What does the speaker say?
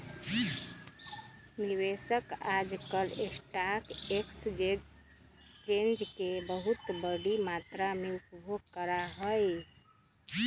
निवेशक आजकल stock exchange के बहुत बडी मात्रा में उपयोग करा हई